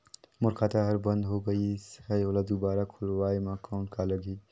मोर खाता हर बंद हो गाईस है ओला दुबारा खोलवाय म कौन का लगही?